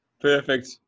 Perfect